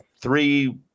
three